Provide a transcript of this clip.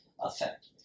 effect